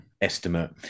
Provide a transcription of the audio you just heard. estimate